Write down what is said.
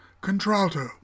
contralto